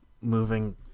moving